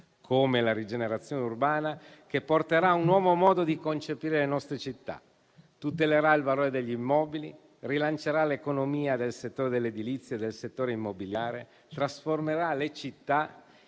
come la rigenerazione urbana, che porterà a un nuovo modo di concepire le nostre città, tutelerà il valore degli immobili, rilancerà l'economia del settore dell'edilizia e del settore immobiliare, trasformerà le città